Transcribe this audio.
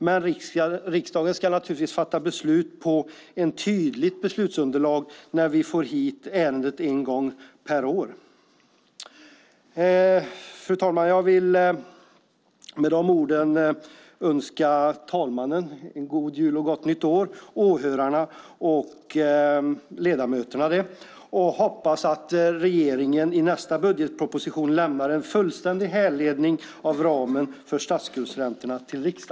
Men riksdagen ska naturligtvis fatta beslut utifrån ett tydligt beslutsunderlag när vi en gång per år får hit ärendet. Fru talman! Med dessa ord vill jag önska tredje vice talmannen, åhörarna och ledamöterna en god jul och ett gott nytt år och samtidigt säga att jag hoppas att regeringen i nästa budgetproposition till riksdagen lämnar en fullständig härledning av ramen för statsskuldsräntorna.